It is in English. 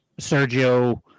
Sergio